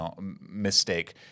mistake